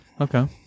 Okay